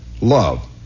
love